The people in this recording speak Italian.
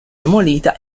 demolita